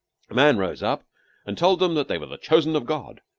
a man rose up and told them that they were the chosen of god,